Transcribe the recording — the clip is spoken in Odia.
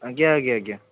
ଆଜ୍ଞା ଆଜ୍ଞା ଆଜ୍ଞା